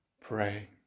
pray